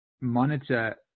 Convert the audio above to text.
monitor